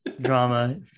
drama